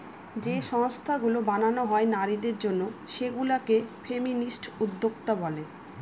যে সংস্থাগুলো বানানো হয় নারীদের জন্য সেগুলা কে ফেমিনিস্ট উদ্যোক্তা বলে